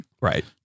Right